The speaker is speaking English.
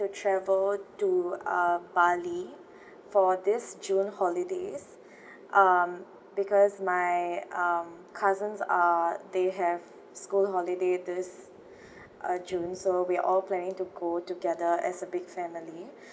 travel to uh bali for this june holidays um because my um cousins are they have school holiday this uh june so we're all planning to go together as a big family